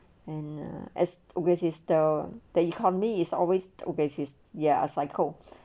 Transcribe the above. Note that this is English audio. and as always is the the economy is always obeys his ya are cycles